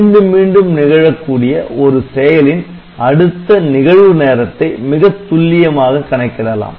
மீண்டும் மீண்டும் நிகழக்கூடிய ஒரு செயலின் அடுத்த "நிகழ்வு நேரத்தை" மிகத் துல்லியமாக கணக்கிடலாம்